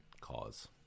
cause